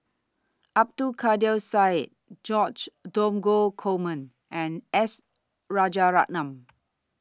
Abdul Kadir Syed George Dromgold Coleman and S Rajaratnam